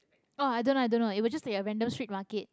oh I don't I don't know it was just the random street market